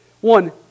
One